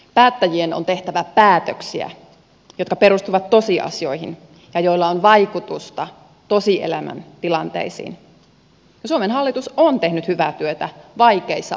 päättäjien on tehtävä päätöksiä jotka perustuvat tosiasioihin ja joilla on vaikutusta tosielämän tilanteisiin ja suomen hallitus on tehnyt hyvää työtä vaikeissa oloissa